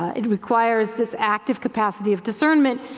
it requires this active capacity of discernment,